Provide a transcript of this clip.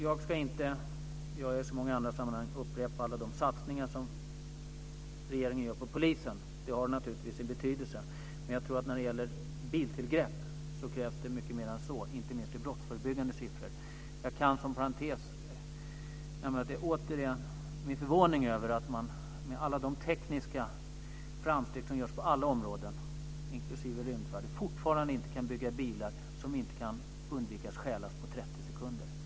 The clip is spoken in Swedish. Jag ska inte - det gör jag i så många andra sammanhang - upprepa alla de satsningar som regeringen gör på polisen. De har naturligtvis sin betydelse, men när det gäller biltillgrepp tror jag att det krävs mycket mer än så, inte minst i brottsförebyggande syfte. Jag kan uttrycka min förvåning över att man med alla de tekniska framsteg som görs på alla områden, inklusive rymdfärder, fortfarande inte kan bygga bilar som inte går att stjäla på 30 sekunder.